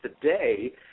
Today